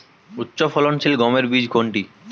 উচ্চফলনশীল গমের বীজ কোনটি?